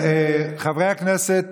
חברי הכנסת,